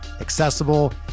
accessible